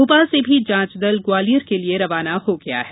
भोपाल से भी जांच दल ग्वालियर के लिए रवाना हो गया है